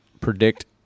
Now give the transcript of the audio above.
predict